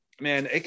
man